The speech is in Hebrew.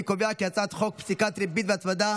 אני קובע כי הצעת חוק פסיקת ריבית והצמדה